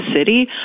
city